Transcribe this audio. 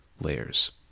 layers